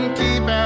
keep